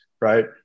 right